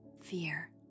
Fear